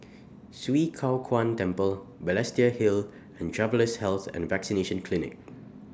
Swee Kow Kuan Temple Balestier Hill and Travellers' Health and Vaccination Clinic